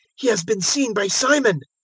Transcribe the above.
he has been seen by simon.